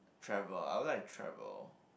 travel I will like to travel